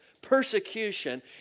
persecution